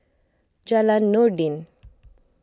Jalan Noordin